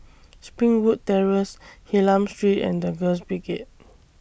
Springwood Terrace Hylam Street and The Girls Brigade